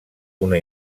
una